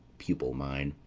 pupil mine.